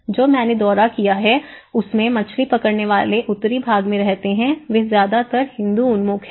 जो मैंने दौरा किया है उसमें मछली पकड़ने वाले उत्तरी भाग में रहते हैं वे ज्यादातर हिंदू उन्मुख हैं